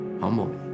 humble